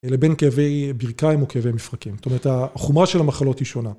לבין כאבי ברכיים וכאבי מפרקים, זאת אומרת החומרה של המחלות היא שונה.